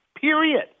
period